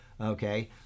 Okay